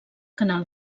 canal